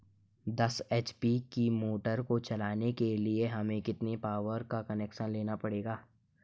दस एच.पी की मोटर को चलाने के लिए हमें कितने पावर का कनेक्शन लेना पड़ेगा?